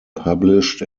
published